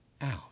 out